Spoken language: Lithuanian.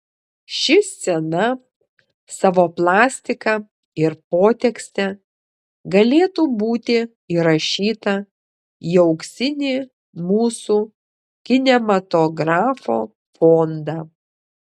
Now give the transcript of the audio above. ši scena savo plastika ir potekste galėtų būti įrašyta į auksinį mūsų kinematografo fondą